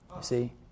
see